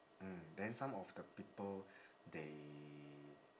mm then some of the people they